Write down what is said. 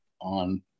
on